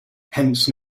hence